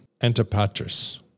Antipatris